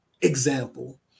example